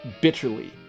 bitterly